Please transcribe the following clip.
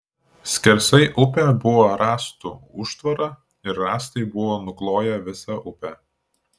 skersai upę buvo rąstų užtvara ir rąstai buvo nukloję visą upę